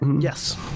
yes